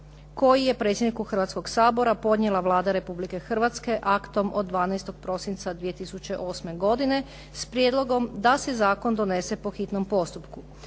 koji je predsjedniku Hrvatskoga sabora podnijela Vlada Republike Hrvatske aktom od 12. prosinca 2008. godine s prijedlogom da se zakon donese po hitnom postupku.